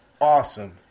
awesome